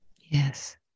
Yes